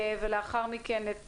ולאחר מכן את